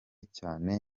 cyane